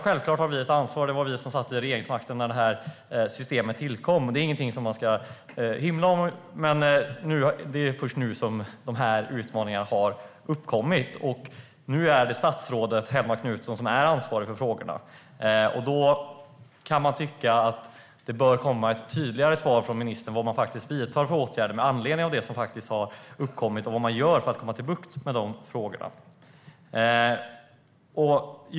Självklart har vi ett ansvar. Det var vi som hade regeringsmakten när systemet tillkom. Det är ingenting som man ska hymla om, men det är först nu som utmaningarna har uppkommit. Nu är det statsrådet Helene Hellmark Knutsson som är ansvarig för frågorna. Därför bör det komma ett tydligare svar från ministern om vilka åtgärder som vidtas med anledning av vad som faktiskt har uppkommit och vad som görs för att få bukt med frågorna.